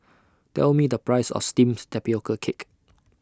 Tell Me The Price of Steamed Tapioca Cake